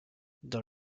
dans